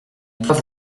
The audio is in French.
pas